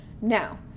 Now